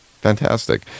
Fantastic